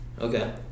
Okay